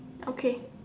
okay